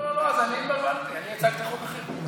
לא, אז אני התבלבלתי, אני הצגתי חוק אחר.